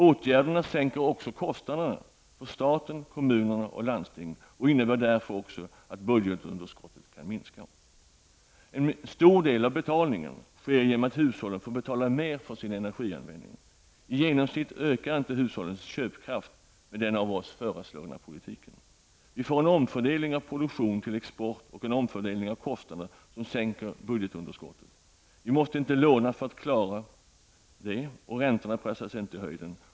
Åtgärderna sänker också kostnaderna för staten, kommunerna och landstingen och innebär därför också att budgetunderskottet kan minskas. En stor del av betalningen sker genom att hushållen får betala mer för sin energianvändning. I genomsnitt ökar inte hushållens köpkraft med den av oss föreslagna politiken. Vi får en omfördelning av produktion till export och en omfördelning av kostnader som sänker budgetunderskottet. Vi måste inte låna för att klara det, och räntorna pressas inte i höjden.